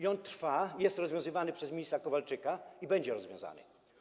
I to trwa, jest on rozwiązywany przez ministra Kowalczyka i będzie rozwiązany.